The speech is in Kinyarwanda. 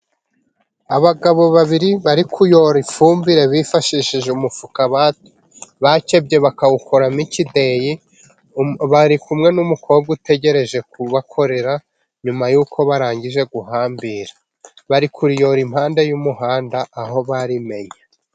Abagabo babiri bari kuyora ifumbire bifashishije umufuka bakebye bakawukoramo ikideyi. Bari kumwe n'umukobwa utegereje kubakorera nyuma y'uko barangije guhambira. Bari kuriyiyora impande y'umuhanda aho barimenye.